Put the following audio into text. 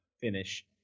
finish